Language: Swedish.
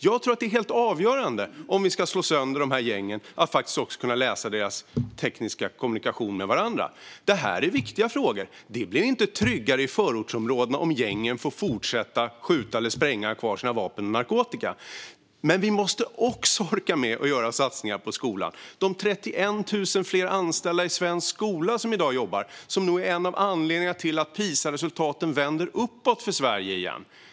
Jag tror att det är helt avgörande om man ska kunna slå sönder dessa gäng att man faktiskt också kan läsa deras tekniska kommunikation med varandra. Detta är viktiga frågor. Det blir inte tryggare i förortsområdena om gängen får fortsätta skjuta eller spränga eller ha kvar sina vapen och sin narkotika. Men vi måste också orka med att göra satsningar på skolan. Det är i dag 31 000 fler anställda i svensk skola, vilket nog är en av anledningarna till att PISA-resultaten vänder uppåt för Sverige igen.